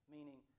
Meaning